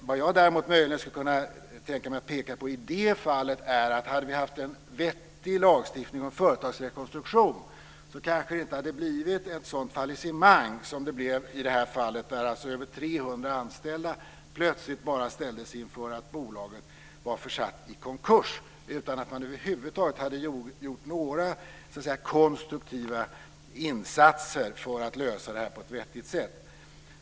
Vad jag däremot möjligen skulle kunna tänka mig att peka på i det här fallet är att om vi hade haft en vettig lagstiftning om företagsrekonstruktion så kanske det inte hade blivit ett sådant fallissemang som det blev. Över 300 anställda ställdes plötsligt bara inför att bolaget var försatt i konkurs, utan att man över huvud taget hade gjort några konstruktiva insatser för att lösa detta på ett vettigt sätt.